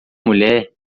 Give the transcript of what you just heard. mulher